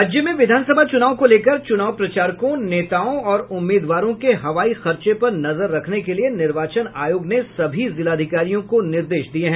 राज्य में विधानसभा चुनाव को लेकर चुनाव प्रचारकों नेताओं और उम्मीदवारों के हवाई खर्चे पर नजर रखने के लिये निर्वाचन आयोग ने सभी जिलाधिकारियों को निर्देश दिये हैं